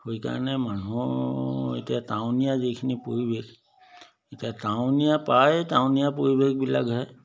সেইকাৰণে মানুহ এতিয়া টাউনীয়া যিখিনি পৰিৱেশ এতিয়া টাউনীয়া প্ৰায়েই টাউনীয়া পৰিৱেশবিলাকহে